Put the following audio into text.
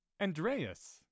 Andreas